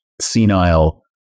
senile